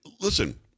listen